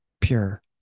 pure